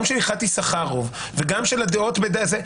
גם של הלכת יששכרוב וגם של הדעות בזה,